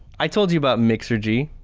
i told you about mixergy.